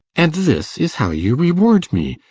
and this is how you reward me!